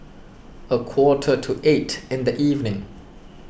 a quarter to eight in the evening